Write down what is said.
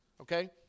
okay